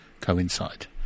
Coincide